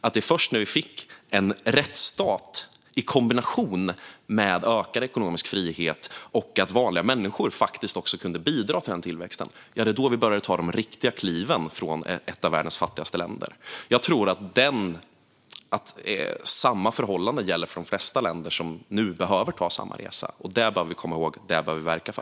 Det var först när vi fick en rättsstat i kombination med ökad ekonomisk frihet och vanliga människor kunde bidra till tillväxten som vi började ta riktiga kliv bort från att ha varit ett av världens fattigaste länder. Jag tror att samma förhållanden gäller för de flesta länder som nu behöver göra samma resa. Detta måste vi komma ihåg och verka för.